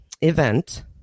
event